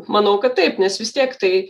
manau kad taip nes vis tiek tai